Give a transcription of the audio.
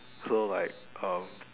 so like um